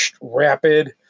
rapid